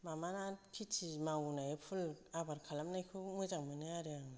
माबाना खेति मावनाय फुल आबाद खालामनायखौ मोजां मोनो आरो आङो